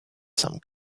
some